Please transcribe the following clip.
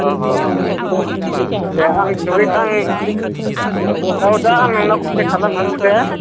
औ औ औ दे आं दुगैखां औ आं दा नोंनाव कन्टेक्त खालामफिनगोन दे